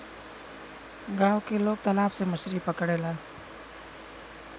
गांव के लोग तालाब से मछरी पकड़ेला